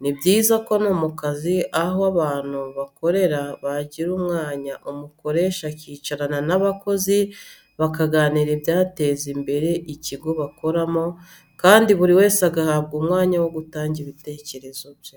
Ni byiza ko mu kazi aho abantu bakorera bagira umwanya umukoresha akicarana n'abakozi bakaganira ibyateza imbere ikigo bakoramo, kandi buri wese agahabwa umwanya wo gutanga ibitekerezo bye.